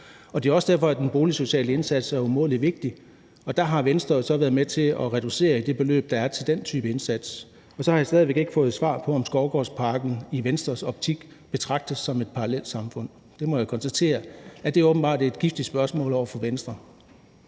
Det er også derfor, at den boligsociale indsats er umådelig vigtig, og der har Venstre så været med til at reducere i det beløb, der er til den type indsats. Så har jeg stadig væk ikke fået svar på, om Skovgårdsparken i Venstres optik betragtes som et parallelsamfund. Jeg må konstatere, at det åbenbart er et giftigt spørgsmål for Venstre.